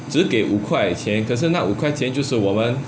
只给五块钱可是那五块钱就是我们